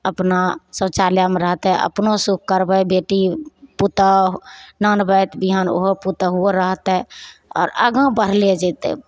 अपना शौचालयमे रहतै अपनो सुख करबै बेटी पुतहु आनबै तऽ बिहान ओहो पुतहुओ रहतै आओर आगाँ बढ़ले जैतै